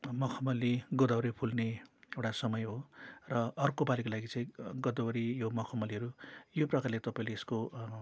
मखमली गोदावरी फुल्ने एउटा समय हो र अर्को पालिको लागि चाहिँ गोदावरी यो मखमलीहरू यो प्रकारले तपाईँले यसको